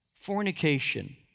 Fornication